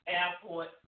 airport